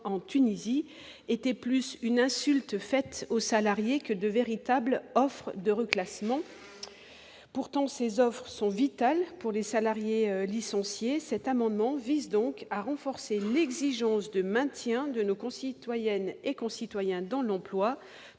en Tunisie était plus une insulte faite aux salariés que de véritables offre de reclassements, pourtant ces offres sont vitales pour les salariés licenciés, cet amendement vise donc à renforcer les exigence de maintien de nos concitoyennes et concitoyens dans l'emploi